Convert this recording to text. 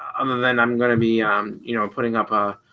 um and then i'm gonna be you know putting up a